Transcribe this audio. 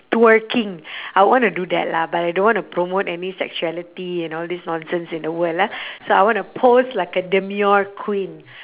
twerking I would want to do that lah but I don't want to promote any sexuality you know all this nonsense in the world ah so I want to pose like a demure queen